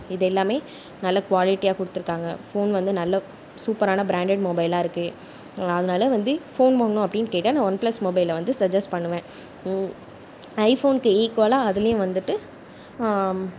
இது எல்லாமே நல்ல க்வாலிட்டியாக கொடுத்துருக்காங்க ஃபோன் வந்து நல்ல சூப்பரான பிராண்டட் மொபைலாயிருக்கு அதனால் வந்து ஃபோன் வாங்கணும் அப்படின்னு கேட்டால் நான் ஒன் ப்ளஸ் மொபைல் சஜ்ஜஸ்ட் பண்ணுவேன் ஐ ஃபோன்க்கு ஈக்வலாக அதுலேயும் வந்துட்டு